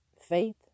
Faith